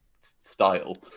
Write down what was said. style